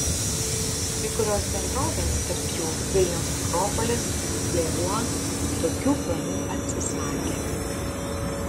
kai kurios bendrovės tarp jų vilniaus akropolis lėvuo tokių planų atsisakė